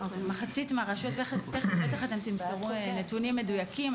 אתם בטח תמסרו תכף נתונים מדויקים.